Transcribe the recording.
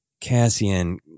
Cassian